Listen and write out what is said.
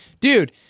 Dude